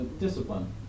discipline